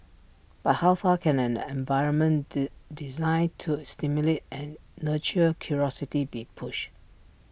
but how far can an environment D designed to stimulate and nurture curiosity be pushed